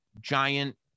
giant